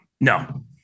no